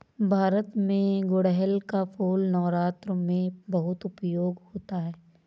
भारत में गुड़हल का फूल नवरात्र में बहुत उपयोग होता है